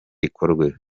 ikorwe